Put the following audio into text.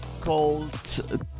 called